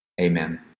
Amen